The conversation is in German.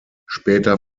später